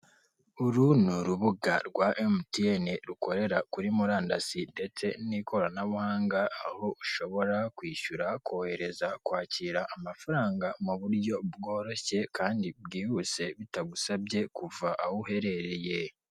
Uru ni urubuga rwa emutiyene rukorera kuri murandasi ndetse n'ikoranabuhanga aho ushobora kwishyura kohereza, kwakira amafaranga mu buryo bworoshye kandi bwihuse bitagusabye kuva aho uherereye.